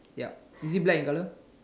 yup is it black in colour